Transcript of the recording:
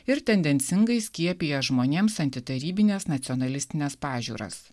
ir tendencingai skiepija žmonėms antitarybines nacionalistines pažiūras